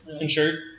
Insured